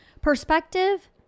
Perspective